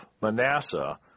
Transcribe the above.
Manasseh